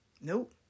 Nope